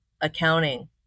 accounting